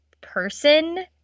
person